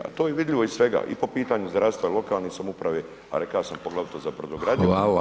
Ali to je vidljivo iz svega i po pitanju zdravstva, lokalne samouprave a rekao sam poglavito za brodogradnju.